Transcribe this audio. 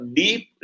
deep